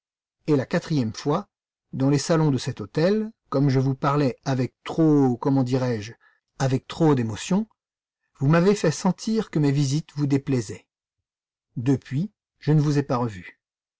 et la quatrième fois dans les salons de cet hôtel comme je vous parlais avec trop comment dirais-je avec trop d'émotion vous m'avez fait sentir que mes visites vous déplaisaient depuis je ne vous ai pas revue